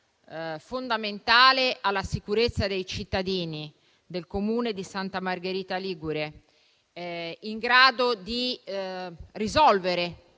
fondamentale per la sicurezza dei cittadini del comune di Santa Margherita Ligure, in grado di risolvere